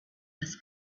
was